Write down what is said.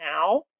now